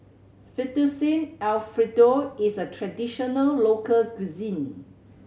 Fettuccine Alfredo is a traditional local cuisine